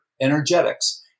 energetics